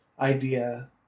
idea